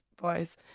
boys